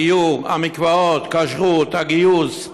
הגיור, המקוואות, כשרות, הגיוס,